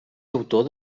autor